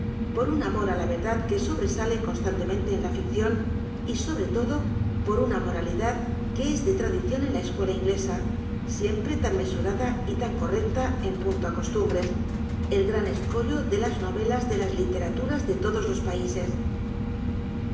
por un amor á la y erdad c ue sobresale constan temente en la ficcion y sobre lodo por un moralidad que es ele traclicion en la escuela inglesa siempre tan mesurada y lan correcta en punto á costumbres el gran escollo de las norelas en las literaturas de lodos los paises